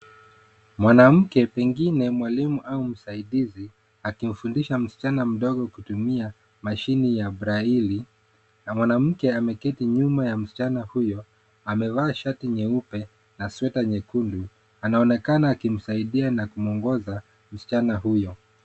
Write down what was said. Mwanamke pengine mwalimu au msaidizi akimfundisha msichana mdogo kutumia mashine ya braili, na mwanamke ameketi nyuma ya msichana huyo. Amevaa shati nyeupe na sweta nyekundu, anaonekana akimsaidia na kumuongoza msichana huyo.